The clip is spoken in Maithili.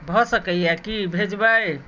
भऽ सकैए की भेजबै